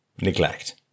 neglect